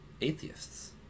atheists